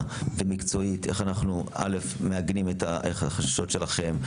ומקצועית איך אנחנו מעגנים את החששות שלכם,